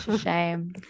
Shame